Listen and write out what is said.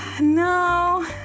No